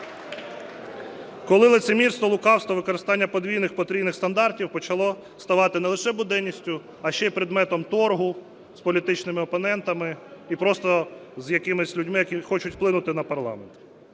Коли лицемірство, лукавство, використання подвійних, потрійних стандартів почало ставати не лише буденністю, а ще й предметом торгу з політичними опонентами і просто з якимись людьми, які хочуть вплинути на парламент.